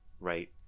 right